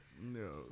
No